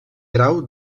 grau